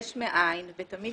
יש מאין, ותמיד